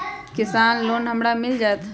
किसान लोन हमरा मिल जायत?